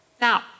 Now